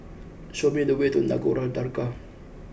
show me the way to Nagore Dargah